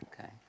Okay